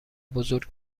بزرگ